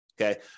okay